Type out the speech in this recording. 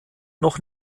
noch